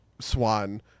Swan